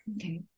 Okay